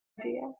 idea